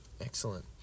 excellent